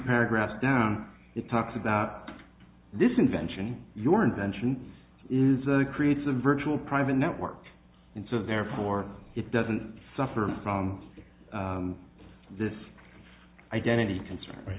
paragraphs down it talks about this invention your invention is a creates a virtual private network and so therefore it doesn't suffer from this identity concern